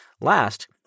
Last